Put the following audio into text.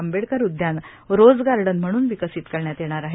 आंबेडकर उद्यान rose garden म्हणून विकसित करण्यात येणार आहे